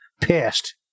pissed